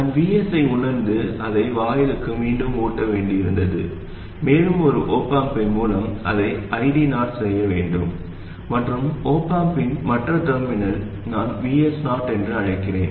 நான் Vs ஐ உணர்ந்து அதை வாயிலுக்கு மீண்டும் ஊட்ட வேண்டியிருந்தது மேலும் ஒரு op amp மூலம் அதை IDo செய்ய வேண்டும் மற்றும் op amp இன் மற்ற டெர்மினல் நான் Vs0 என்று அழைக்கிறேன்